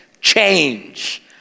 change